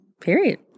period